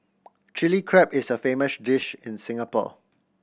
Chilli Crab is a famous dish in Singapore